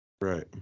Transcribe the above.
right